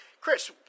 Chris